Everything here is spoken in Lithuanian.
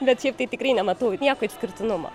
bet šiaip tai tikrai nematau nieko išskirtinumo